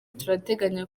turateganya